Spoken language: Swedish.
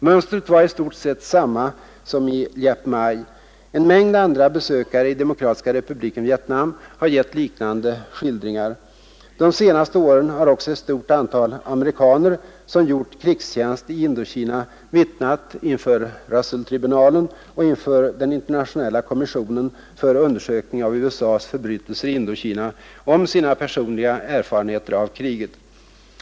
Mönstret var i stort sett detsamma som i Liep Mai. En mängd andra besökare i Demokratiska republiken Vietnam har givit liknande skildringar. De senaste åren har också ett stort antal amerikaner som gjort krigstjänst i Indokina vittnat inför Russelltribunalen och den internationella kommissionen för undersökning av USA:s förbrytelser i Indokina om sina personliga erfarenheter av kriget.